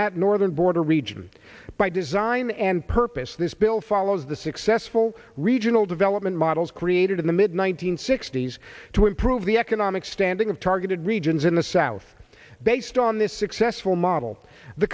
that northern border region by design and purpose this bill follows the successful regional development models created in the mid one nine hundred sixty s to improve the economic standing of targeted regions in the south based on this successful model the